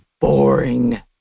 boring